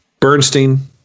bernstein